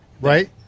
right